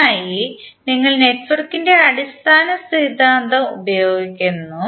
അതിനായി നിങ്ങൾ നെറ്റ്വർക്കിന്റെ അടിസ്ഥാന സിദ്ധാന്തം ഉപയോഗിക്കുന്നു